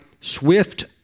swift